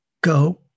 go